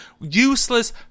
Useless